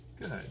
Good